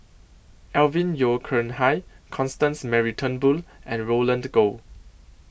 Alvin Yeo Khirn Hai Constance Mary Turnbull and Roland Goh